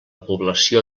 població